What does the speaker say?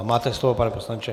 Máte slovo, pane poslanče.